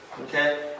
Okay